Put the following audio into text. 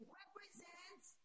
represents